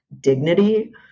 dignity